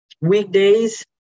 weekdays